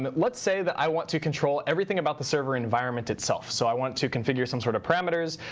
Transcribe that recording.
but let's say that i want to control everything about the server environment itself. so i want to configure some sort of parameters.